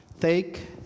take